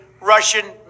Russian